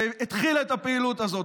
שהתחיל את הפעילות הזאת,